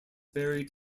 buried